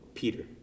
Peter